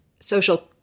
social